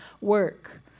work